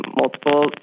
multiple